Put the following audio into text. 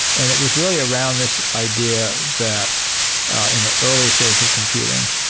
and it was really around this idea that in the early stage of computing,